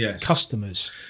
customers